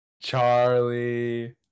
charlie